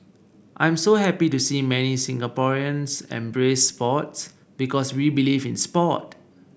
I'm so happy to see many Singaporeans embrace sports because we believe in sport